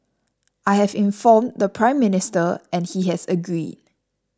I have informed the Prime Minister and he has agreed